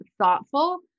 thoughtful